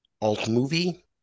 Alt-movie